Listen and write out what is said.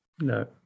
no